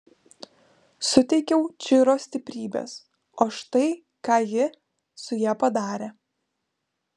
suteikiau čiro stiprybės o štai ką ji su ja padarė